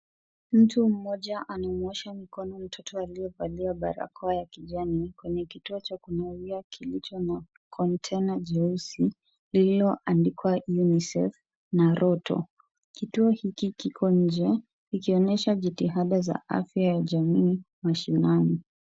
Mtu mmoja anamwosha mikono mtoto aliyevalia barakoa ya kijani kwenye kituo cha kununuia kilicho na kontena jeusi, lililoandikwa UNICEF na ROTO. Kituo hiki kiko nje, ikionyesha jitihada za afya ya jamii mashinani.